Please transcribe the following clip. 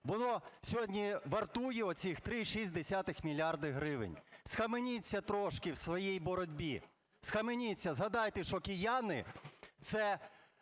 воно сьогодні вартує оцих 3,6 мільярди гривень? Схаменіться трошки в своїй боротьбі. Схаменіться, згадайте, що кияни – це